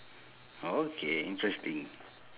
okay interesting